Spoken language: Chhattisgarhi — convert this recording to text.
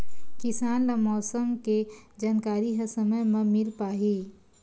किसान ल मौसम के जानकारी ह समय म मिल पाही?